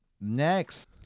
next